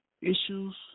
issues